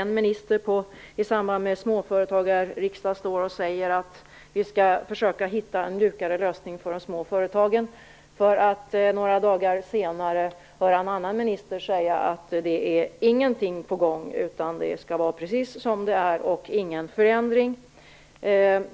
En minister säger i samband med Småföretagarriksdagen: Vi skall försöka hitta en mjukare lösning för de små företagen. Men några dagar senare hörs en annan minister säga att ingenting är på gång. Det skall vara precis som det är - alltså ingen förändring.